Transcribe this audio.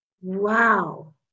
Wow